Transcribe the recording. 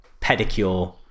pedicure